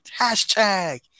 Hashtag